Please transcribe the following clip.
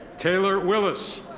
taylor willis.